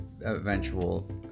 eventual